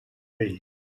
vell